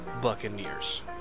Buccaneers